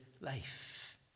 life